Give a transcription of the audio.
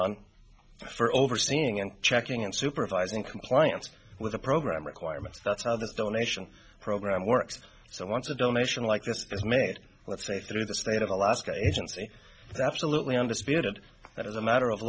on for overseeing and checking and supervising compliance with the program requirements that's how this donation program works so once a donation like this is made let's say through the state of alaska agency absolutely undisputed that as a matter of